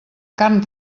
carn